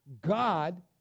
God